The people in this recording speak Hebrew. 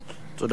תודה רבה.